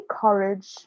courage